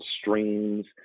streams